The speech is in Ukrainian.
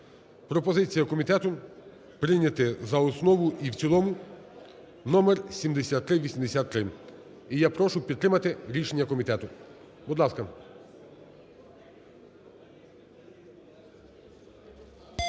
Пропозиція комітету прийняти за основу і в цілому № 7383. І я прошу підтримати рішення комітету, будь ласка.